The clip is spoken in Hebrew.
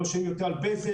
לא משלמים יותר על בזק,